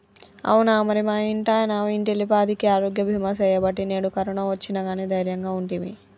అవునా మరి మా ఇంటాయన ఇంటిల్లిపాదికి ఆరోగ్య బీమా సేయబట్టి నేడు కరోనా ఒచ్చిన గానీ దైర్యంగా ఉంటిమి